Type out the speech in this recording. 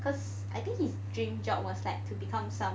cause I think his dream job was like to become some